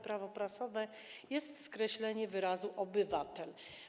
Prawo prasowe jest skreślenie wyrazu „obywatel”